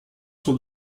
sont